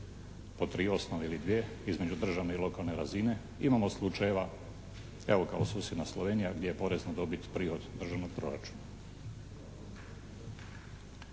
po tri osnove ili dvije, između državne i lokalne razine. Imamo slučajeva evo kao susjedna Slovenija gdje je porez na dobit prihod državnog proračuna.